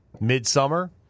midsummer